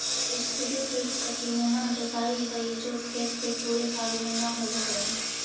strip till पट्टीनुमा जोताई हई जो खेत के पूरे भाग में न होवऽ हई